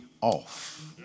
off